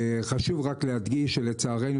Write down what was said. חשוב להדגיש שלצערנו,